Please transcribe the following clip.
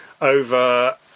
over